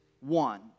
one